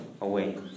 away